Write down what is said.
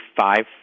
five